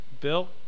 Bill